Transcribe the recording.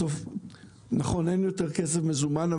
אין יותר כסף מזומן,